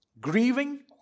Grieving